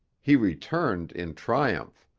he returned in triumph,